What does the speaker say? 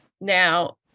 now